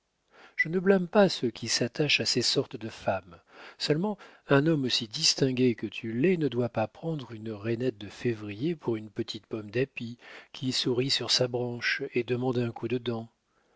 je ne blâme pas ceux qui s'attachent à ces sortes de femmes seulement un homme aussi distingué que tu l'es ne doit pas prendre une reinette de février pour une petite pomme d'api qui sourit sur sa branche et demande un coup de dent